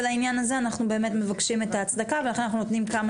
ולעניין הזה אנחנו באמת מבקשים את ההצדקה ולכן אנחנו נותנים כמה